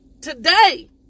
today